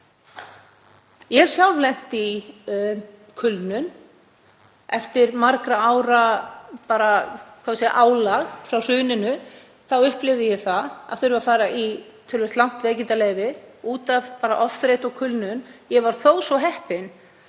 Ég hef sjálf lent í kulnun eftir margra ára álag. Frá hruninu upplifði ég það að þurfa að fara í töluvert langt veikindaleyfi út af ofþreytu og kulnun. Ég var þó svo heppin